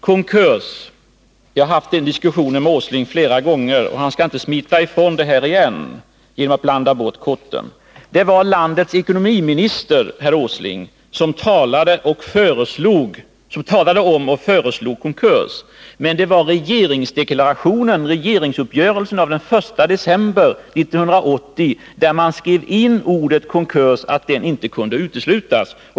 Konkurs — härom har jag flera gånger haft diskussioner med herr Åsling. Han skall inte smita ifrån problemet på nytt genom att blanda bort korten. Det var, herr Åsling, landets ekonomiminister som talade om och föreslog konkurs, och det var i regeringsuppgörelsen av den 1 december 1980 som man skrev in ordet konkurs och uttalade att en sådan inte kunde uteslutas.